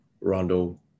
Rondo